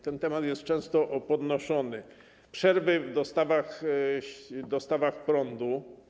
Ten temat jest często podnoszony - przerwy w dostawach prądu.